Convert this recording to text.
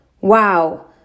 Wow